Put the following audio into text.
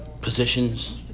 positions